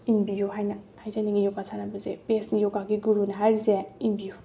ꯏꯟꯕꯤꯌꯨ ꯍꯥꯏꯅ ꯍꯥꯏꯖꯅꯤꯡꯉꯤ ꯌꯣꯒꯥ ꯁꯥꯟꯅꯕꯁꯦ ꯕꯦꯁꯅꯤ ꯌꯣꯒꯥꯒꯤ ꯒꯨꯔꯨꯅ ꯍꯥꯏꯔꯤꯁꯦ ꯏꯟꯕꯤꯌꯨ